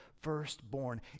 firstborn